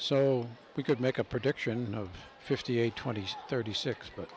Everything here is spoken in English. so we could make a prediction of fifty eight twenty thirty six but